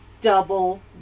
double